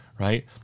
right